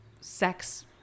sex